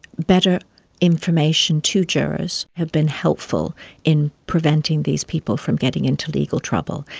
better information to jurors have been helpful in preventing these people from getting into legal trouble.